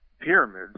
Pyramids